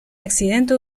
accidente